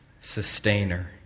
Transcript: sustainer